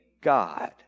God